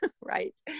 right